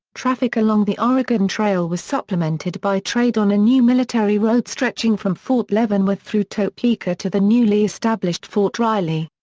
traffic along the oregon trail was supplemented by trade on a new military road stretching from fort leavenworth through topeka to the newly established fort riley.